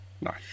Nice